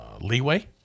leeway